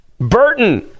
Burton